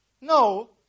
No